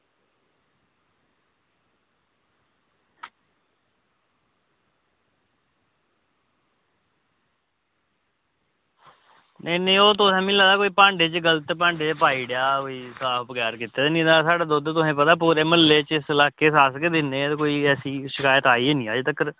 नेईं नेईं ओह् तुसें मिगी लगदा कोई भांडे च गलत भांडे च पाई ओड़ेआ कोई साफ बगैर कीते दे ते नेईं तां साढ़ा दुद्ध तुसेंगी पता पूरे म्हल्ले च इस लाके च अस गै दिन्ने ते कोई ऐसी शिकायत आई निं ऐ अज्ज तगर